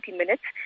minutes